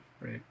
right